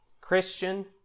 Christian